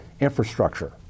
infrastructure